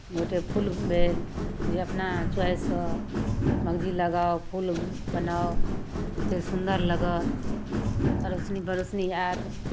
गोटे फूल भेल जे अपना चुआइससँ मगजी लगाउ फूल बनाउ जतेक सुन्दर लगत अरसनी बरसनी आयत